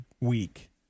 week